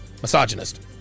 misogynist